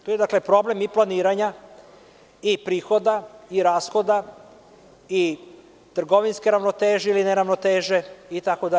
Tu je problem i planiranja i prihoda i rashoda i trgovinske ravnoteže ili neravnoteže itd.